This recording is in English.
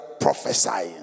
prophesying